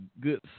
good